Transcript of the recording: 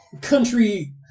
country